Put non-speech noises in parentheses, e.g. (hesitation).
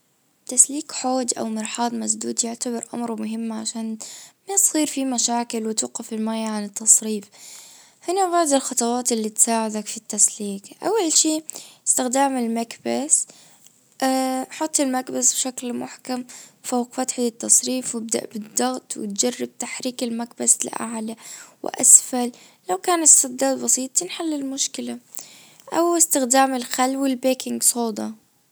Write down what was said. تسليك حوض أو مرحاض مسدود أمر مهم عشان بيصير في مشاكل وتوقف الميه عن التصريفهنا بعض الخطوات اللي تساعدك في التسليك اول شي استخدام المكبس (hesitation) حطي المكبس بشكل محكم فوق فتحة التصريف وابدأ بالضغط وتجرب تحريك المكبس لأعلى واسفل لو كان السداد بسيط تنحل المشكلة او استخدام الخل والبيكنج صودا.